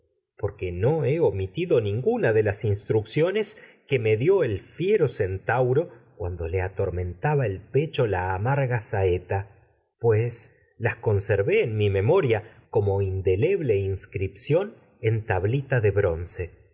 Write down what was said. porque no he omitido ninguna las instruc ciones que me dió el la fiero centauro cuando las en le ator mentaba el pecho amarga saeta pues inscripción conservé tablita de en mi memoria como indeleble bronce